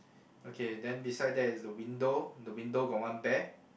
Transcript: okay then beside there is the window the window got one bear